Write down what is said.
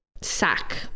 sack